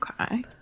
Okay